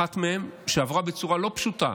אחת מהן, שעברה בצורה לא פשוטה